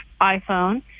iPhone